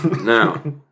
Now